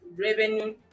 revenue